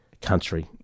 country